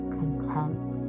content